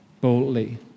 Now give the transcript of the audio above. boldly